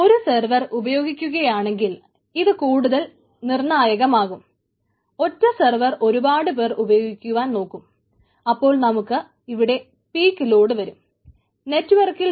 ഒരു സർവർ എടുത്തില്ല എന്നുണ്ടെങ്കിൽ